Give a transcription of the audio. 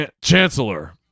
chancellor